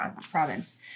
province